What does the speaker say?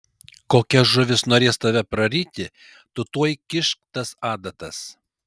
kokia žuvis norės tave praryti tu tuoj kišk tas adatas